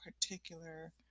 particular